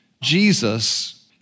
Jesus